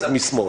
אז משמאל.